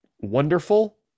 wonderful